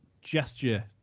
gesture